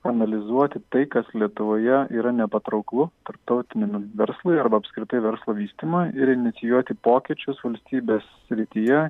analizuoti tai kas lietuvoje yra nepatrauklu tarptautiniam verslui arba apskritai verslo vystymui ir inicijuoti pokyčius valstybės srityje